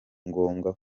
ngombwa